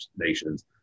nations